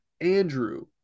Andrew